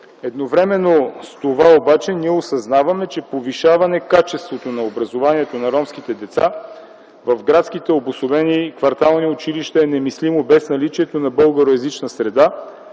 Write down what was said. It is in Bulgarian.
Едновременно с това обаче ние осъзнаваме, че повишаване качеството на образованието на ромските деца в градските обособени квартални училища е немислимо без наличието на българоезична среда,